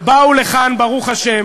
באו לכאן ברוך השם